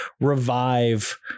revive